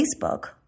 Facebook